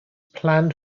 planned